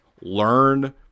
learn